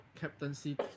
captaincy